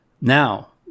Now